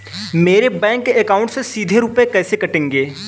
मेरे bank account से सीधे रुपए कैसे कटेंगे?